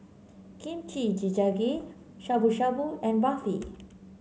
Kimchi Jjigae Shabu Shabu and Barfi